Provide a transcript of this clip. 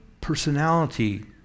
personality